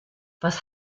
was